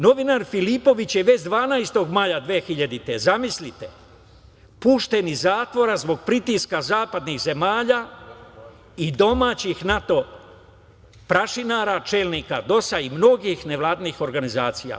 Novinar Filipović je već 12. maja 2000. godine, zamislite, pušten iz zatvora zbog pritiska zapadnih zemalja i domaćih NATO prašinara, čelnika DOS-a i mnogih nevladinih organizacija.